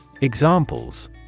Examples